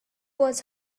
was